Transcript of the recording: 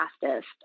fastest